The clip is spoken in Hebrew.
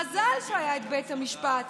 מזל שהיה בית המשפט,